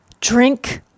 Drink